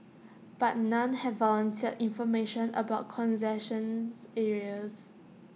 but none have volunteered information about concessions areas